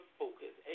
focus